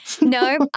No